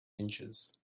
inches